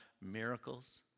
miracles